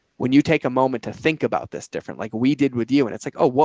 when you take a moment to think about this different, like we did with you. and it's like, oh,